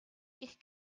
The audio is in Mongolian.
гэх